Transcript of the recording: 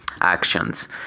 actions